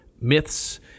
myths